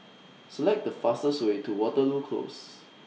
Select The fastest Way to Waterloo Close